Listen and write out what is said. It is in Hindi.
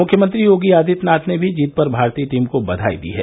मुख्यमंत्री योगी आदित्यनाथ ने भी जीत पर भारतीय टीम को बधाई दी है